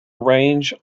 range